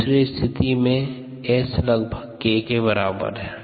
दूसरी स्थिति में S लगभग K के बराबर है